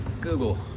Google